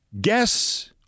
guess